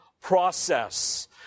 process